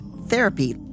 therapy